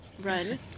Run